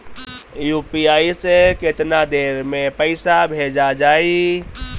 UPI से केतना देर मे पईसा भेजा जाई?